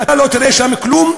אתה לא תראה שם כלום.